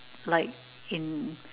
like in